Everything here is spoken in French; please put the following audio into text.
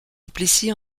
duplessis